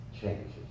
changes